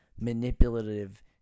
manipulative